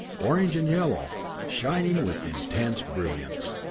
orange, and yellow, shining with intense brilliance.